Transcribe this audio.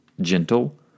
gentle